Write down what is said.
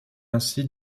ainsi